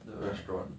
the restaurant